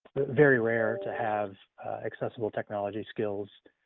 very rare to have accessible technology skills